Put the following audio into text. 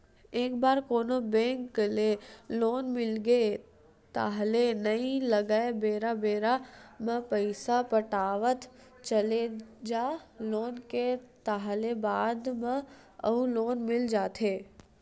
एक बार कोनो बेंक ले लोन मिलगे ताहले नइ लगय बेरा बेरा म पइसा पटावत चले जा लोन के ताहले बाद म अउ लोन मिल जाथे